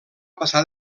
passar